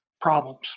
problems